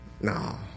no